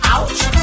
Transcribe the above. Ouch